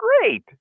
great